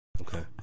okay